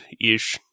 ish